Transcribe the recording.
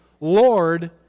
lord